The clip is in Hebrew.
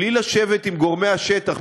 בלי לשבת עם גורמי השטח,